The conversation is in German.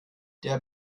der